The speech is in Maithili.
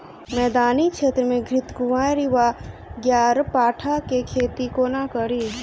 मैदानी क्षेत्र मे घृतक्वाइर वा ग्यारपाठा केँ खेती कोना कड़ी?